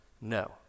No